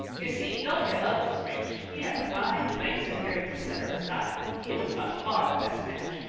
y'see, w o. was rich he had a fine place and carried considerable style. he was by far the best match.